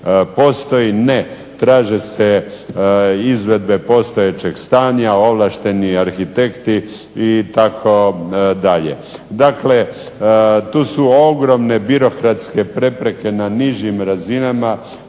Ne, traže se izvedbe postojećeg stanja, ovlašteni arhitekti itd. Dakle, tu su ogromne birokratske prepreke na nižim razinama